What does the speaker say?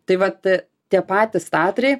tai vat tie patys tatrai